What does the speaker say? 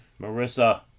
Marissa